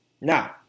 now